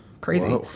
Crazy